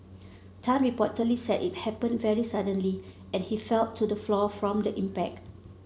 Tan reportedly said it happened very suddenly and he fell to the floor from the impact